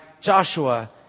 Joshua